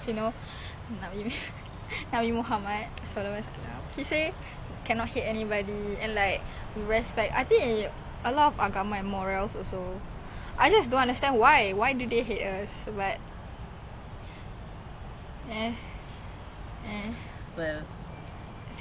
singapore is so sheltered honestly seeing as to what is happening in like all over the world kita dalam bubble and like do you see how many people are like I'm not saying they are dumb but I think we are like so selesa and comfortable dalam singapore then when you like tak kesah